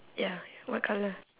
ya what colour